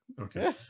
Okay